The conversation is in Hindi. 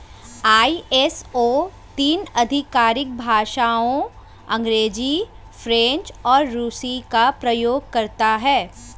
आई.एस.ओ तीन आधिकारिक भाषाओं अंग्रेजी, फ्रेंच और रूसी का प्रयोग करता है